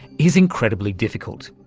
is incredibly difficult,